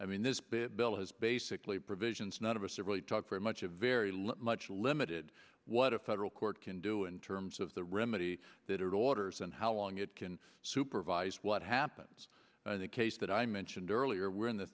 has basically provisions none of us are really talk very much a very little much limited what a federal court can do in terms of the remedy that it orders and how long it can supervise what happens in the case that i mention and earlier we're in the